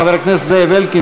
חבר הכנסת זאב אלקין,